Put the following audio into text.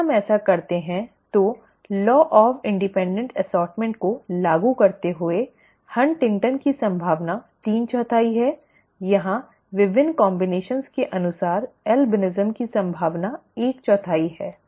यदि हम ऐसा करते हैं तो स्वतंत्र वर्गीकरण के कानून को लागू करते हुए हंटिंगटन की संभावना तीन चौथाई है यहाँ विभिन्न संयोजनों के अनुसार अल्बिनिज़म की संभावना एक चौथाई है